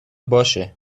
باشه